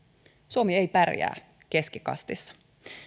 suomi ei pärjää keskikastissa